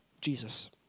Jesus